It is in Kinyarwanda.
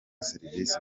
serivisi